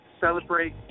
celebrate